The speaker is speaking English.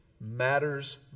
matters